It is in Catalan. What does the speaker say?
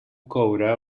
coure